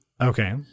Okay